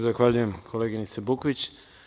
Zahvaljujem koleginice Bukvić.